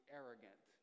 arrogant